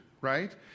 right